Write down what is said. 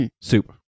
soup